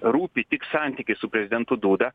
rūpi tik santykiai su prezidentu dūda